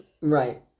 Right